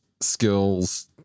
skills